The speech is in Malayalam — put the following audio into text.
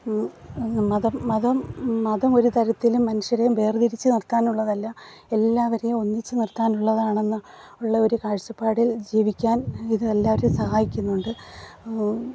മതം മതം മതം ഒരു തരത്തിലും മനുഷ്യരെ വേർതിരിച്ചു നിർത്താൻ ഉള്ളതല്ല എല്ലാവരെയും ഒന്നിച്ചു നിർത്താൻ ഉള്ളതാണെന്ന് ഉള്ള ഒരു കാഴ്ചപ്പാടിൽ ജീവിക്കാൻ ഇത് എല്ലാവരെയും സഹായിക്കുന്നുണ്ട്